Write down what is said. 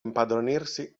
impadronirsi